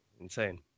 insane